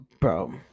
bro